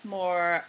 more